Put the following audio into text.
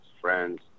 friends